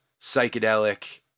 psychedelic